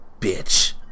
bitch